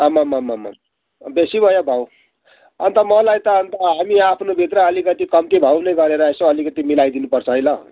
आमामामामाम बेसी भयो भाउ अन्त मलाई त अन्त हामी आफ्नोभित्र अलिकति कम्ती भाउले गरेर यसो अलिकति मिलाइ दिनुपर्छ है ल